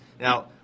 Now